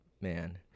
Man